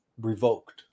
revoked